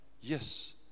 yes